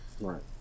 right